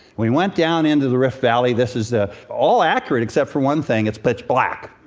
we went down into the rift valley. this is ah all accurate except for one thing it's pitch black.